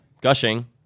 Gushing